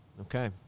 Okay